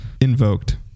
invoked